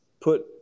put